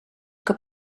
que